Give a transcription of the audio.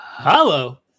hello